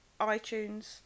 itunes